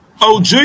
OG